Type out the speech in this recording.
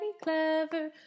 clever